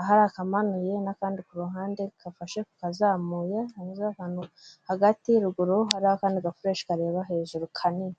ahari akamanuye n'akandi ku ruhande kafashe ku kazamuye, kanyuzeho akantu, hagati ruguru hariho akandi gafureshi kanyura hejuru kanini.